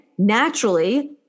naturally